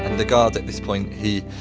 the guard at this point, he,